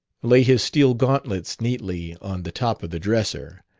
lay his steel gauntlets neatly on the top of the dresser,